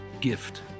gift